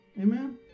Amen